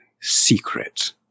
secret